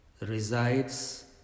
resides